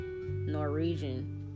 Norwegian